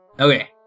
Okay